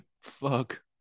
Fuck